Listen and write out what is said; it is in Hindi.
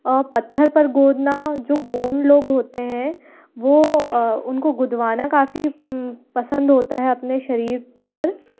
आउ पत्थर पर गोदना जो गोंड लोग होते हैं वो उनको गुदवाना काफ़ी पसंद होता है अपने शरीर पर